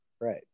Right